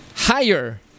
higher